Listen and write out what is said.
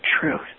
truth